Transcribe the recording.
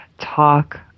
talk